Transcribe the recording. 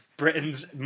Britain's